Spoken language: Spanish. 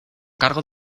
cargo